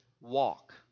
Walk